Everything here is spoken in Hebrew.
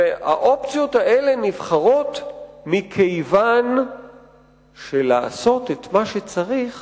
האופציות האלה נבחרות מכיוון שלעשות את מה שצריך